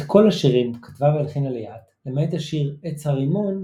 את כל השירים כתבה והלחינה ליאת למעט השיר "עץ הרימון"